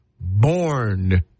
born